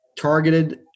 targeted